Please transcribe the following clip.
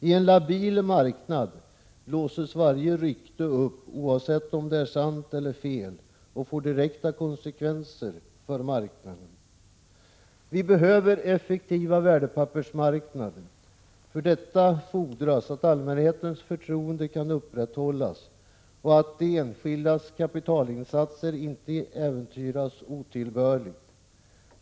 I en labil marknad blåses varje rykte upp, oavsett om det är sant eller falskt, och får direkta konsekvenser för marknaden. Vi behöver effektiva värdepappersmarknader. För detta fordras att allmänhetens förtroende kan upprätthållas och att de enskildas kapitalinsatser inte äventyras otillbörligt.